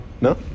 No